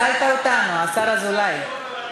הצלת אותנו, השר אזולאי.